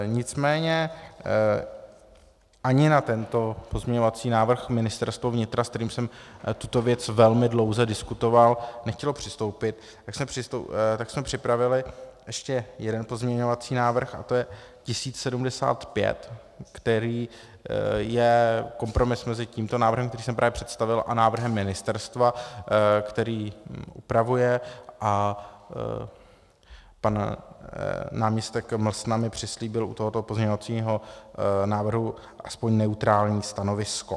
Nicméně ani na tento pozměňovací návrh Ministerstvo vnitra, s kterým jsem tuto věc velmi dlouze diskutoval, nechtělo přistoupit, tak jsme připravili ještě jeden pozměňovací návrh, a to je 1075, který je kompromisem mezi tímto návrhem, který jsem právě představil, a návrhem ministerstva, který upravuje a pan náměstek Mlsna mi přislíbil u tohoto pozměňovacího návrhu alespoň neutrální stanovisko.